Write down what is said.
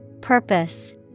Purpose